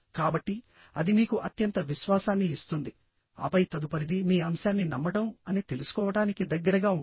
కాబట్టి అది మీకు అత్యంత విశ్వాసాన్ని ఇస్తుంది ఆపై తదుపరిది మీ అంశాన్ని నమ్మడం అని తెలుసుకోవడానికి దగ్గరగా ఉంటుంది